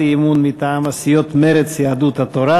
אי-אמון מטעם הסיעות מרצ ויהדות התורה.